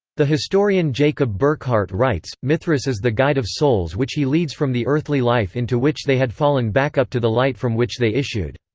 the historian jacob burckhardt writes mithras is the guide of souls which he leads from the earthly life into which they had fallen back up to the light from which they issued.